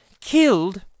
killed